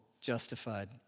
justified